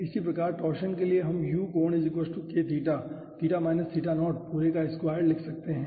इसी प्रकार टॉरशन के लिए हम u कोण k theta theta theta naught पूरे का स्क्वायर लिख सकते हैं